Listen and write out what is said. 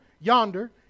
yonder